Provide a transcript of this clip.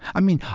i mean,